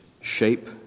shape